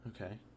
Okay